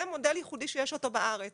זה מודל ייחודי שיש אותו בארץ